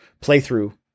playthrough